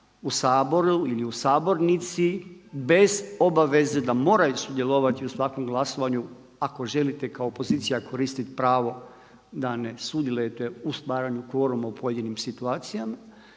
u Saboru ili u sabornici bez obaveze da moraju sudjelovati u svakom glasovanju ako želite kao opozicija koristiti pravo da ne sudjelujete u stvaranju kvoruma u pojedinim situacijama.